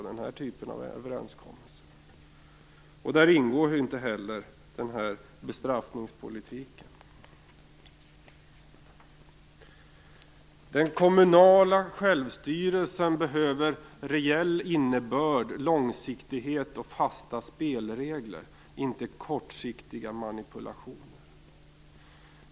Där ingår inte heller den här bestraffningspolitiken. Den kommunala självstyrelsen behöver reell innebörd, långsiktighet och fasta spelregler, inte kortsiktiga manipulationer.